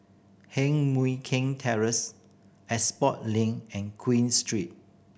Heng Mui Keng Terrace Expo Link and Queen Street